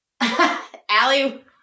Allie